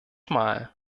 mal